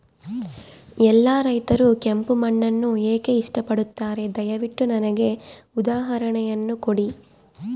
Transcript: ಎಲ್ಲಾ ರೈತರು ಕೆಂಪು ಮಣ್ಣನ್ನು ಏಕೆ ಇಷ್ಟಪಡುತ್ತಾರೆ ದಯವಿಟ್ಟು ನನಗೆ ಉದಾಹರಣೆಯನ್ನ ಕೊಡಿ?